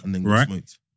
right